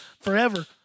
forever